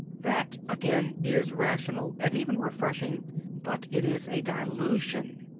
that again is rational, and even refreshing but it is a dilution.